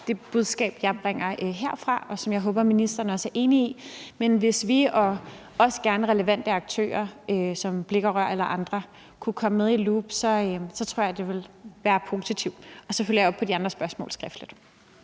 det budskab, jeg bringer herfra, og som jeg håber ministeren også er enig i. Men hvis vi og også gerne relevante aktører som Blik og Rør eller andre kunne komme med i loopet, tror jeg, det ville være positivt. Og så vil jeg følge op på de andre spørgsmål skriftligt.